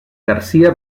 garcia